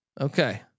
Okay